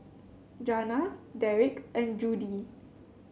Jana Derik and Judie